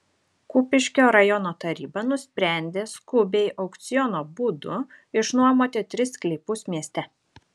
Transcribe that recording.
kupiškio rajono taryba nusprendė skubiai aukciono būdu išnuomoti tris sklypus mieste